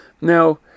Now